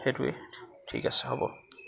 সেইটোৱেই ঠিক আছে হ'ব